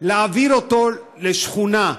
להעביר אותו לשכונה,